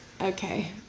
Okay